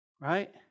Right